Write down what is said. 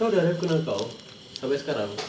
kau dari aku kenal kau sampai sekarang